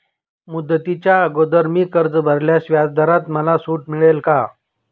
मुदतीच्या अगोदर मी कर्ज भरल्यास व्याजदरात मला सूट मिळेल का?